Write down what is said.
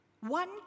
one